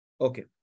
Okay